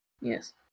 Yes